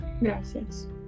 Gracias